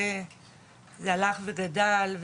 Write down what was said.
והלך וגדל,